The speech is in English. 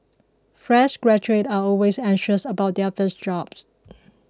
fresh graduates are always anxious about their first jobs